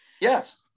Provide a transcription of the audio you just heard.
Yes